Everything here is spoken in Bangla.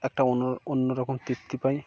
একটা অন্য অন্য রকম তৃপ্তি পাই